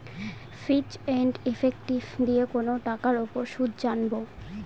ফিচ and effective দিয়ে কোনো টাকার উপর সুদ জানবো